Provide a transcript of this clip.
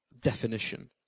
definition